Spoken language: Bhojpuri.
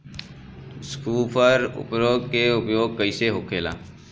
स्फुर उर्वरक के उपयोग कईसे होखेला?